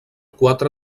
quatre